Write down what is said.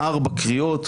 ארבע קריאות,